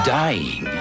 dying